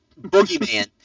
boogeyman